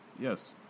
Yes